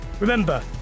Remember